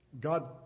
God